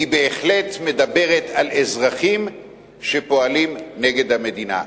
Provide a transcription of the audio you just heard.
היא בהחלט מדברת על אזרחים שפועלים נגד המדינה.